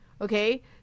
Okay